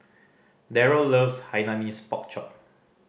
Deryl loves Hainanese Pork Chop